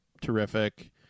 terrific